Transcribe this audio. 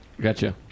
Gotcha